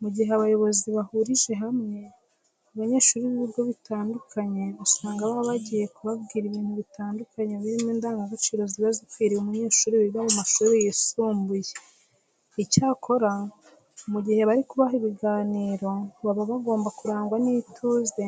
Mu gihe abayobozi bahurije hamwe abanyeshuri b'ibigo bitandukanye usanga baba bagiye kubabwira ibintu bitandukanye birimo indangagaciro ziba zikwiriye umunyeshuri wiga mu mashuri yisumbuye. Icyakora mu gihe bari kubaha ibiganiro baba bagomba kurangwa n'ituze